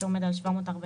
שעומד על 741,